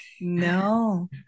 No